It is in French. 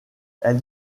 elle